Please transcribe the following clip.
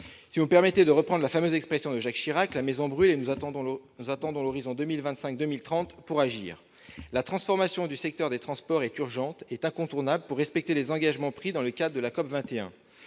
Si vous me permettez de reprendre la fameuse expression de Jacques Chirac, « la maison brûle », et nous attendons l'horizon 2025-2030 pour agir. La transformation du secteur des transports est urgente et incontournable pour respecter les engagements pris dans le cadre de la COP 21.